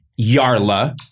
Yarla